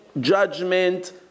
judgment